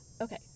Okay